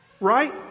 right